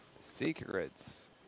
Secrets